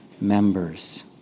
members